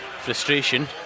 frustration